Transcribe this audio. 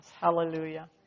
Hallelujah